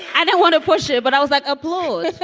i don't want to push it, but i was like. applause.